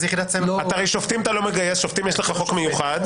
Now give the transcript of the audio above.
הרי אתה לא מגייס שופטים, ויש לך חוק מיוחד.